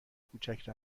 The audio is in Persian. کوچک